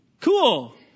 cool